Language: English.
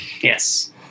Yes